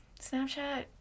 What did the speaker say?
Snapchat